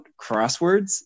crosswords